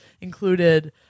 included